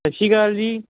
ਸਤਿ ਸ਼੍ਰੀ ਅਕਾਲ ਜੀ